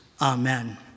Amen